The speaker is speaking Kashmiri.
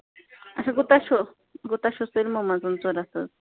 اَچھا گوٚو تۄہہِ چھُو گوٚو تۄہہِ چھُو فِلمَن منٛز ضروٗرت حظ